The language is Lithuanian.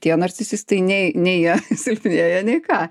tie narcisistai nei nei jie silpnėja nei ką